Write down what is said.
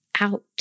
out